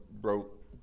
broke